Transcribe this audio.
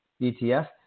ETF